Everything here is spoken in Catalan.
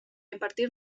impartir